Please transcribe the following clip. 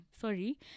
Sorry